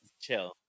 chill